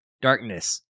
darkness